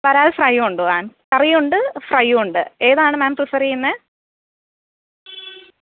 വരാൽ ഫ്രൈയും ഉണ്ട് മാം കറിയും ഉണ്ട് ഫ്രൈയും ഉണ്ട് ഏതാണ് മാം പ്രീഫെർ ചെയ്യുന്നത്